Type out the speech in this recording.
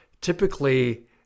typically